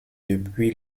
depuis